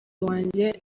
wanjye